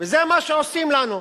וזה מה שעושים לנו.